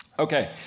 Okay